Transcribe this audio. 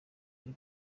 ari